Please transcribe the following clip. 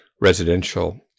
residential